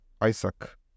Isaac